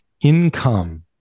income